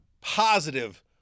positive